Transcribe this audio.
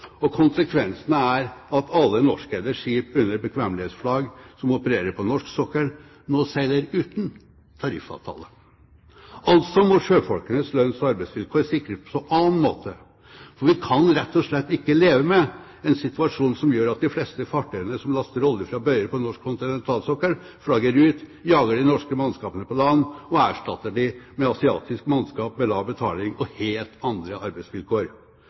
er at alle norskeide skip under bekvemmelighetsflagg som opererer på norsk sokkel, nå seiler uten tariffavtale, altså må sjøfolkenes lønns- og arbeidsvilkår sikres på annen måte. Vi kan rett og slett ikke leve med en situasjon som gjør at de fleste fartøyene som laster olje fra bøyer på norsk kontinentalsokkel, flagger ut, jager de norske mannskapene på land og erstatter dem med asiatisk mannskap med lav betaling og helt andre arbeidsvilkår.